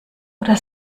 oder